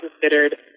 considered